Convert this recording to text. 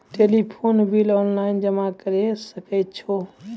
Telephone bill online जमा करै सकै छौ?